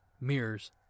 mirrors